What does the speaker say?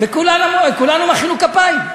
וכולם מחאו כפיים.